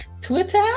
Twitter